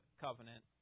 covenant